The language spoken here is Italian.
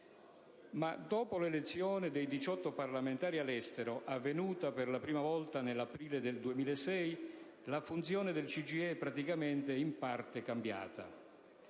Ora, dopo l'elezione dei 18 parlamentari all'estero, avvenuta per la prima volta nell'aprile del 2006, la funzione del CGIE di fatto è in parte cambiata.